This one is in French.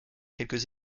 quelques